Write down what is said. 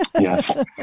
Yes